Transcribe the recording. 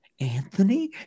Anthony